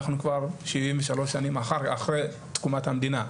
אנחנו כבר 73 שנים אחרי תקומת המדינה,